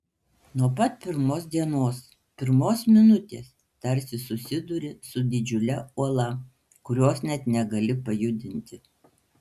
nuo pat pirmos dienos pirmos minutės tarsi susiduri su didžiule uola kurios net negali pajudinti